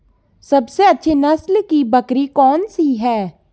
सबसे अच्छी नस्ल की बकरी कौन सी है?